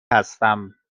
هستم